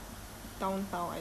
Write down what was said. paya lebar